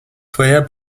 твоя